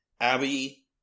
Abby